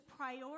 prioritize